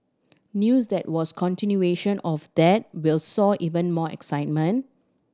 news that was continuation of that will sow even more excitement